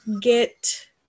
get